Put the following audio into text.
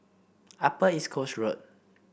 Upper East Coast Road